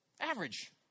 average